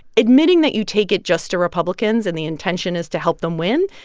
admitting that you take it just to republicans and the intention is to help them win,